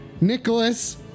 Nicholas